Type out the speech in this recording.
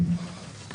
לא ניתן.